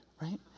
Right